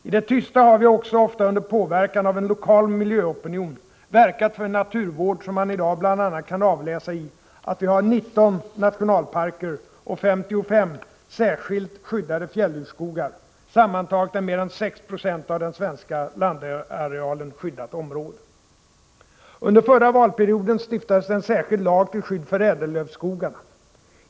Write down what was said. I det tysta har vi också, ofta under påverkan av en lokal miljöopinion, verkat för en naturvård vars resultat i dag bl.a. kan avläsas i att vi har 19 nationalparker och 55 särskilt skyddade fjällurskogar. Sammantaget är mer än 6 20 av den svenska landarealen skyddat område. Under förra valperioden stiftades det en särskild lag till skydd för ädellövskogarna.